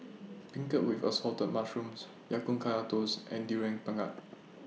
Beancurd with Assorted Mushrooms Ya Kun Kaya Toast and Durian Pengat